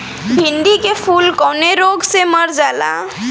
भिन्डी के फूल कौने रोग से मर जाला?